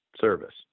service